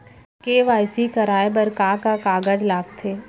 KYC कराये बर का का कागज लागथे?